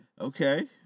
Okay